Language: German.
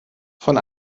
von